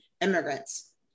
immigrants